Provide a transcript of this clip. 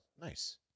Nice